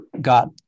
got